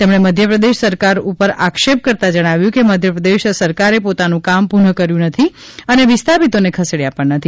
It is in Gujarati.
તેમણે મધ્યપ્રદેશ સરકાર ઉપર આક્ષેપ કરતાં જણાવ્યું હતું કે મધ્યપ્રદેશ સરકારે પોતાનું કામ પુનઃ કર્યું નથી અને વિસ્થાપિતોને ખસેડ્યા પણ નથી